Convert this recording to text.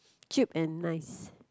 cheap and nice